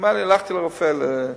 הלכתי לרופא,